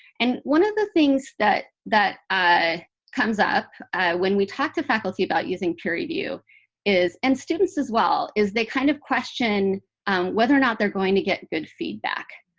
and one of the things that that ah comes up when we talk to faculty about using peer review is and students as well is they kind of question whether or not they're going to get good feedback.